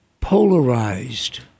Polarized